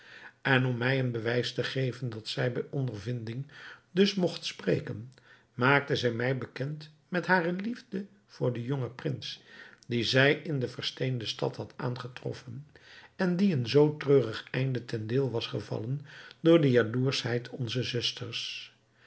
en om mij een bewijs te geven dat zij bij ondervinding dus mogt spreken maakte zij mij bekend met hare liefde voor den jongen prins dien zij in de versteende stad had aangetroffen en die een zoo treurig einde ten deel was gevallen door de jaloerschheid onzer zusters